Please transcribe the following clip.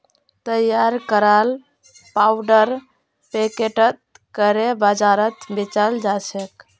तैयार कराल पाउडर पैकेटत करे बाजारत बेचाल जाछेक